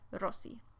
Rossi